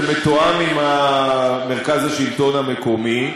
זה מתואם עם מרכז השלטון המקומי,